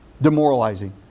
demoralizing